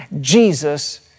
Jesus